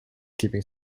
keeping